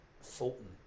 Fulton